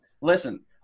Listen